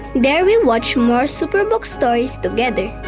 there we watch more superbook stories together.